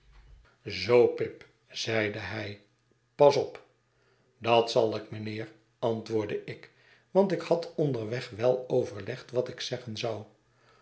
zoo pip zeide hij pas op dat zal ik mijnheer antwoordde ik want ik had onderweg wel overlegd wat ik zeggen zou